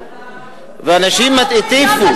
ואנשים הטיפו,